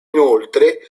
inoltre